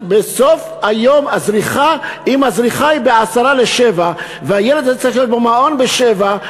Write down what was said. אם הזריחה היא ב-06:50 והילד הזה צריך להיות במעון ב-07:00,